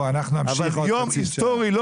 זה יום היסטורי.